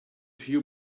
few